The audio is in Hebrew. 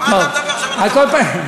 מה אתה מדבר עכשיו על ההטבות האלה?